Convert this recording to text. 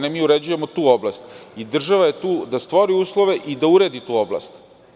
Ne, mi uređujemo tu oblast i država je tu da stvori uslove i da uredi tu oblast.